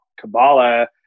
Kabbalah